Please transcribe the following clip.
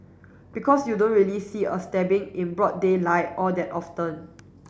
because you don't really see a stabbing in broad daylight all that often